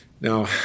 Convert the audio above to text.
Now